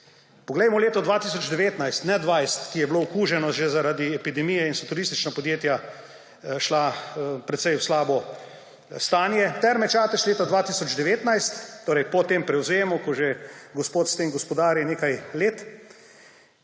Poglejmo leto 2019, ne 2020, ki je bilo okuženo že zaradi epidemije in so turistična podjetja šla precej v slabo stanje. Terme Čatež leta 2019, torej po tem prevzemu, ko že gospod s tem gospodari nekaj let,